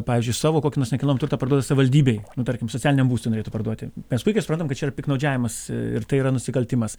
pavyzdžiui savo kokį nors nekilnojamą turtą parduoda savivaldybei nu tarkim socialiniam būstui norėtų parduoti mes puikiai suprantam kad čia yra piktnaudžiavimas ir tai yra nusikaltimas